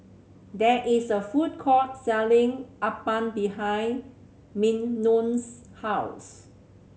there is a food court selling Appam behind Mignon's house